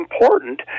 important